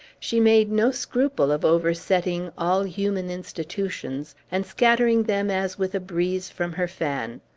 she made no scruple of oversetting all human institutions, and scattering them as with a breeze from her fan.